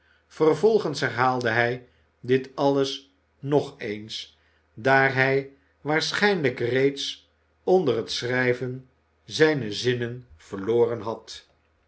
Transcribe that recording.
vervolgens herhaalde hij dit alles nog eens daar hij waarschijnlijk reeds onder het schrijven zijne zinnen verloren had